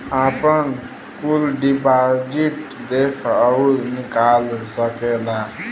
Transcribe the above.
आपन कुल डिपाजिट देख अउर निकाल सकेला